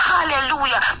Hallelujah